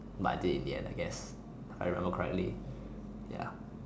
but I did in the end I guess I remember correctly ya